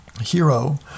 hero